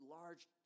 large